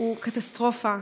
הוא קטסטרופה,